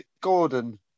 Gordon